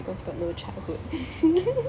cause got no childhood